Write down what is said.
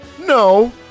No